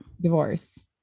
Divorce